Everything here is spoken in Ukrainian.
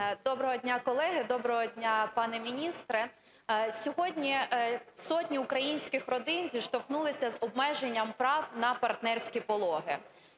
Доброго дня, колеги! Доброго дня, пане міністре! Сьогодні сотні українських родин зіштовхнулися з обмеженням прав на партнерські пологи.